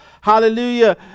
Hallelujah